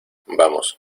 vamos